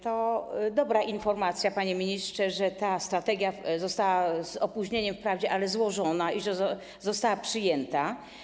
To dobra informacja, panie ministrze, że ta strategia została - z opóźnieniem wprawdzie, ale jednak złożona i że została przyjęta.